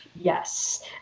Yes